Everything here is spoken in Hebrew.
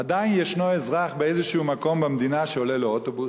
עדיין ישנו אזרח באיזה מקום במדינה שעולה לאוטובוס.